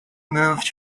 moved